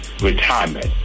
retirement